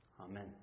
Amen